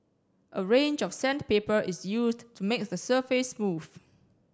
a range of sandpaper is used to make the surface smooth